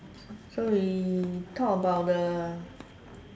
so we talk about the